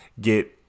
get